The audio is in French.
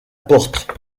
porte